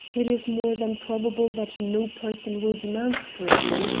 it is more than probable that no person will demand scrutiny,